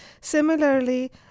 Similarly